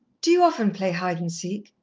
do you often play hide-and-seek?